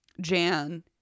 jan